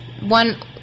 One